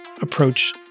approach